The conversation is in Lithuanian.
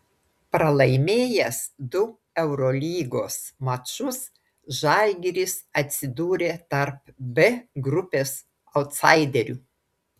pralaimėjęs du eurolygos mačus žalgiris atsidūrė tarp b grupės autsaiderių